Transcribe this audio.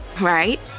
Right